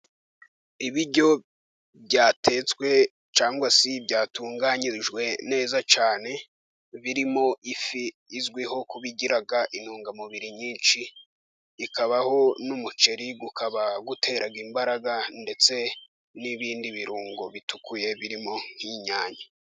Ibiryo byatetswe cyangwa se byatunganyijwe neza cyane, birimo ifi izwiho kuba igira intungamubiri nyinshi, bikabaho n'umuceri ukaba utera imbaraga ndetse n'ibindi birungo bitukuye, birimo nk'inyange.